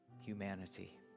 humanity